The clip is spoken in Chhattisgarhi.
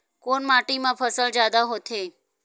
कोन माटी मा फसल जादा होथे?